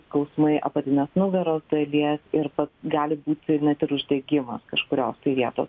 skausmai apatinės nugaros dalies ir gal būti net ir uždegimas kažkurios tai vietos